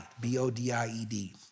B-O-D-I-E-D